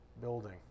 building